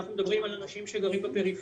אנחנו מדברים על אנשים שגרים בפריפריה,